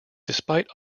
despite